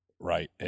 right